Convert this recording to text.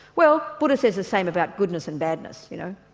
well buddha says the same about goodness and badness, you know,